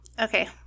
Okay